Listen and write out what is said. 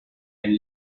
and